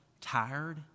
tired